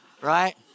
right